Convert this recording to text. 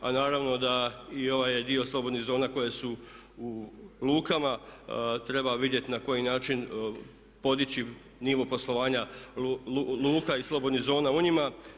A naravno da i ovaj je dio slobodnih zona koje su u lukama treba vidjeti na koji način podići nivo poslovanja luka i slobodnih zona u njima.